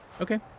Okay